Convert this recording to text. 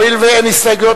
הואיל ואין הסתייגויות,